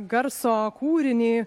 garso kūrinį